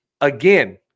again